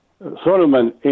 Solomon